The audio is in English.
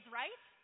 right